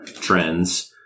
trends